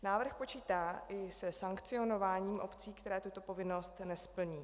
Návrh počítá i se sankcionováním obcí, které tuto povinnost nesplní.